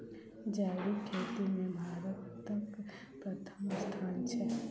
जैबिक खेती मे भारतक परथम स्थान छै